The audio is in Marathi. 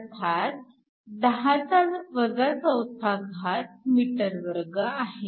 अर्थात 10 4m2 आहे